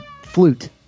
flute